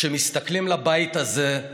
שמסתכלים אל הבית הזה,